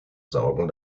sorgen